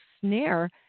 snare